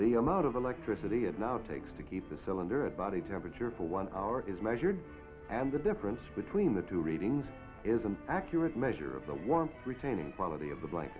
the amount of electricity it now takes to keep a cylinder of body temperature for one hour is measured and the difference between the two readings is an accurate measure of the one retaining quality of life